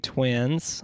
Twins